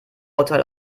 bauteil